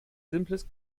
simples